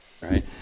right